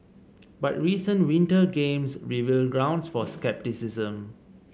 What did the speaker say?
but recent Winter Games reveal grounds for scepticism